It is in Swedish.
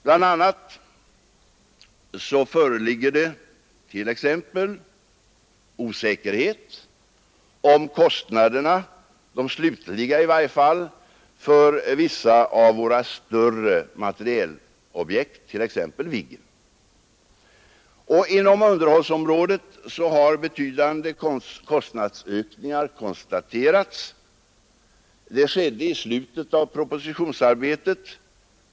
Bl.a. råder det osäkerhet om de slutliga omkostnaderna för vissa av våra större materielobjekt, t.ex. Viggen. Inom underhållsområdet har också betydande kostnadsökningar konstaterats. Det gjorde vi i slutet av propositionsarbetet.